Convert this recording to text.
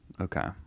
Okay